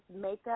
makeup